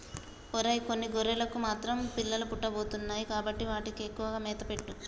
ఒరై కొన్ని గొర్రెలకు మాత్రం పిల్లలు పుట్టబోతున్నాయి కాబట్టి వాటికి ఎక్కువగా మేత పెట్టు